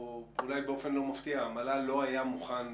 שבאופן לא מפתיע המל"ל לא היה מוכן